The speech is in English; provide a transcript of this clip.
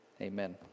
Amen